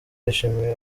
yashimiye